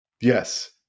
Yes